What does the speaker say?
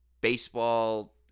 baseball